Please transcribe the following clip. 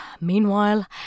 Meanwhile